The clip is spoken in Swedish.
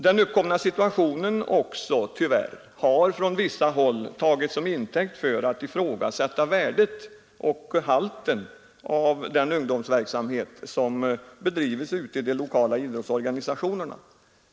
Den uppkomna situationen har tyvärr också på vissa håll tagits som intäkt för att man ifrågasätter värdet och halten av den ungdomsverksamhet som bedrivs ute i de lokala idrottsorganisationerna.